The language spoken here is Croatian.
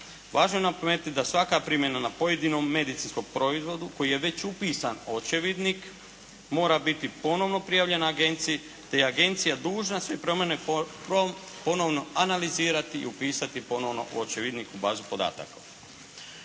Važno je napomenuti da svaka primjena na pojedinom medicinskom proizvodu koji je već upisan u očevidnik mora biti ponovno prijavljena agenciji te je agencija dužna sve promjene ponovno analizirati i upisati ponovno u očevidnik, u bazu podataka.